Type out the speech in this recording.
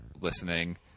listening